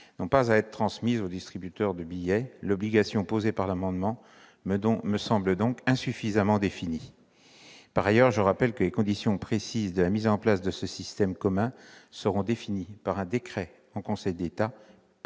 n'ont pas à être transmises aux distributeurs de billets. L'obligation posée me semble donc insuffisamment définie. Par ailleurs, je rappelle que les conditions précises de la mise en place de ce système commun seront définies par un décret en Conseil d'État, pris après